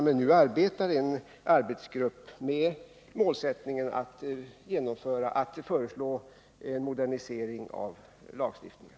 Men nu arbetar en arbetsgrupp med målsättningen att föreslå en modernisering av lagstiftningen.